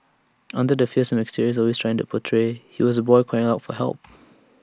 under the fearsome exterior he was trying to portray he was A boy calling out for help